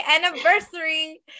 anniversary